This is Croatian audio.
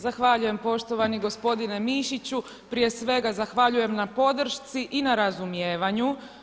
Zahvaljujem poštovani gospodine Mišiću, prije svega zahvaljujem na podršci i na razumijevanju.